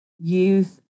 youth